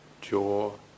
jaw